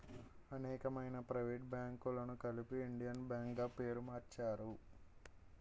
అనేకమైన ప్రైవేట్ బ్యాంకులను కలిపి ఇండియన్ బ్యాంక్ గా పేరు మార్చారు